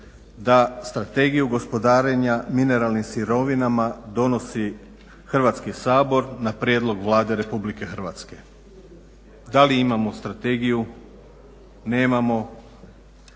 da strategiju gospodarenja mineralnim sirovinama donosi Hrvatski sabor na prijedlog Vlade RH. Da li imamo strategiju? Nemamo.